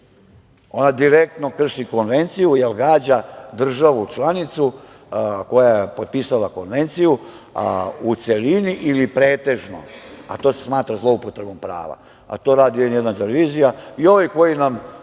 Ona direktno krši konvenciju, jer gađa državu-članicu koja je potpisala konvenciju, u celini ili pretežno, a to se smatra zloupotrebom prava. To radi N1 televizija. Ovi koji nam